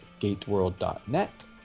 gateworld.net